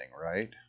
right